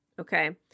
Okay